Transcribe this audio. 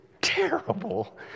terrible